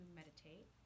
meditate